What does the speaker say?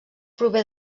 prové